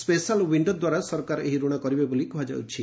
special ଔଷ୍ଣୋ ଦ୍ୱାରା ସରକାର ଏହି ଋଣ କରିବେ ବୋଲି କୁହାଯାଉଛି